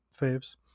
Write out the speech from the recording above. faves